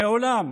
מעולם